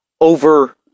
over